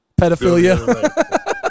pedophilia